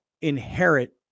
inherit